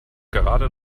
gerade